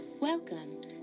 Welcome